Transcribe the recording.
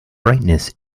brightness